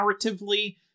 narratively